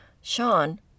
Sean